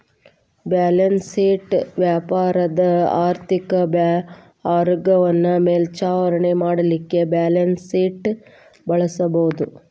balance sheet ವ್ಯಾಪಾರದ ಆರ್ಥಿಕ ಆರೋಗ್ಯವನ್ನ ಮೇಲ್ವಿಚಾರಣೆ ಮಾಡಲಿಕ್ಕೆ ಬ್ಯಾಲನ್ಸ್ಶೇಟ್ ಬಳಸಬಹುದು